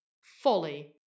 folly